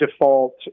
default